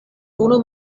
unu